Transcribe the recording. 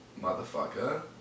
motherfucker